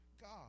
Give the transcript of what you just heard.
God